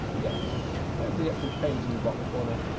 yeah, there's the actual page in the bottom corner,